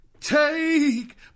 take